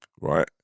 right